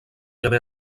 haver